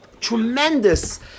tremendous